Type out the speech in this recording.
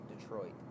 Detroit